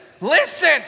listen